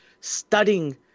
studying